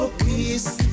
peace